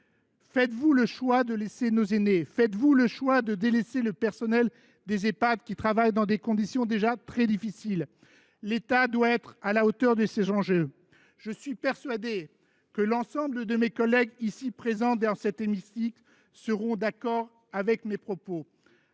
faites vous le choix de délaisser nos aînés ? Faites vous le choix de délaisser le personnel des Ehpad, qui travaille dans des conditions déjà très difficiles ? L’État doit être à la hauteur de ces enjeux. Je suis persuadé que l’ensemble de mes collègues ici présents sont d’accord avec moi.